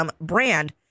brand